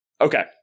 Okay